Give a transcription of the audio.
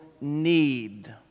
need